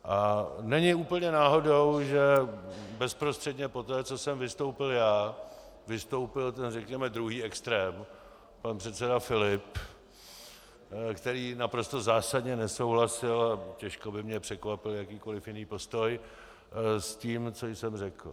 A není úplně náhodou, že bezprostředně poté, co jsem vystoupil já, vystoupil ten, řekněme, druhý extrém, pan předseda Filip, který naprosto zásadně nesouhlasil a těžko by mě překvapil jakýkoliv jiný postoj s tím, co jsem řekl.